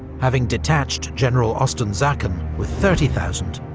having detached general osten-sacken with thirty thousand,